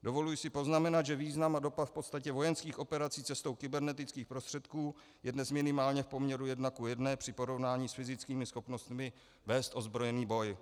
Dovoluji si poznamenat, že význam a dopad v podstatě vojenských operací cestou kybernetických prostředků je dnes minimálně v poměru 1:1 při porovnání s fyzickými schopnostmi vést ozbrojený boj.